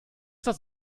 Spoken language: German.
das